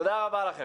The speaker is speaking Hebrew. תודה רבה לכם.